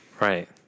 Right